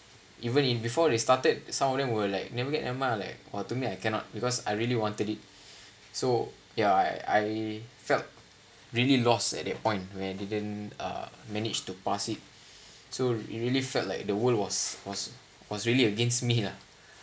even in before they started some of them were like never get never mind I'm like oh to me I cannot because I really wanted it so ya I felt really loss at the point when didn't uh manage to pass it so it really felt like the world was was was really against me lah